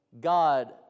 God